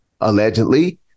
allegedly